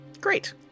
Great